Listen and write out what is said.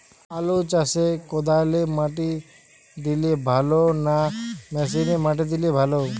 আলু চাষে কদালে মাটি দিলে ভালো না মেশিনে মাটি দিলে?